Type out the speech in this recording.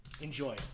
Enjoy